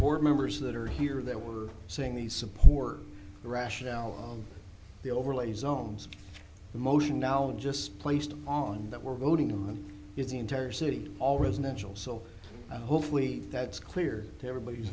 board members that are here that we're seeing the support the rationale the overlay zones the motion now just placed on that we're voting to the entire city all residential so hopefully that's clear to everybody